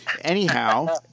anyhow